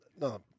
no